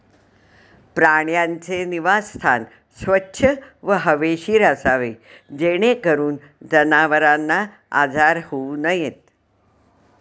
प्राण्यांचे निवासस्थान स्वच्छ व हवेशीर असावे जेणेकरून जनावरांना आजार होऊ नयेत